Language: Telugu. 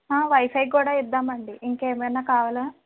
వైఫై కూడా ఇద్దామండి ఇంకేమైనా కావాలా